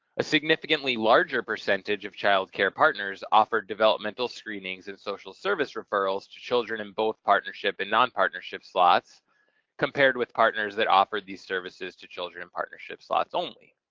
a significantly larger percentage of child care partners offered developmental screenings and social service referrals to children in both partnership and non-partnership slots compared with partners that offered these services to children in partnership slots only.